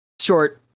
short